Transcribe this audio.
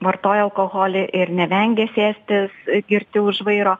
vartoja alkoholį ir nevengia sėsti girti už vairo